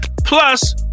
Plus